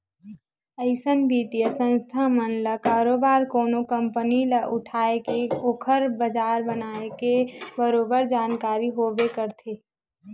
अइसन बित्तीय संस्था मन ल बरोबर कोनो कंपनी ल उठाय के ओखर बजार बनाए के बरोबर जानकारी होबे करथे